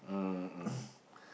mm mm